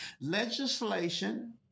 Legislation